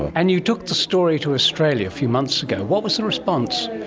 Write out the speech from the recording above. and you took the story to australia a few months ago. what was the response?